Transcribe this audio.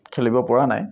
খেলিব পৰা নাই